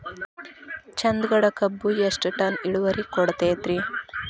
ಚಂದಗಡ ಕಬ್ಬು ಎಷ್ಟ ಟನ್ ಇಳುವರಿ ಕೊಡತೇತ್ರಿ?